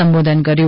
સંબોધન કર્યું